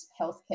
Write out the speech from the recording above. healthcare